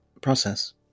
process